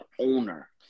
owner